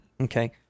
Okay